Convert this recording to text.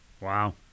Wow